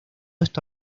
está